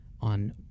on